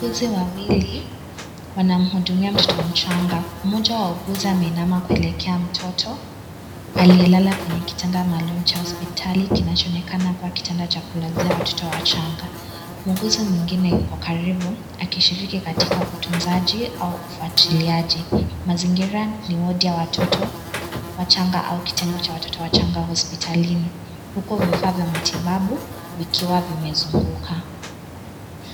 Wauguzi wawili wanamhudumia mtoto mchanga mmoja wa wauguzi ameinama kuelekea mtoto aliyelala kwenye kitanda maalum cha hospitali kinachoonekana kuwa kitanda cha kulazia watoto wachanga. Muuguzi mwingine yuko karibu akishiriki katika utunzaji au ufuatiliaji . Mazingira ni wodi ya watoto wachanga au kitengo cha watoto wachanga hospitalini huku vifaa vya matibabu vikiwa vimezunguka.